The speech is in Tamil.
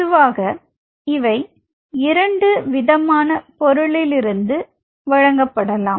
பொதுவாக இவை இரண்டு விதமான பொருளில்லிருந்து வழங்கப்படலாம்